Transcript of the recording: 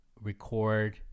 record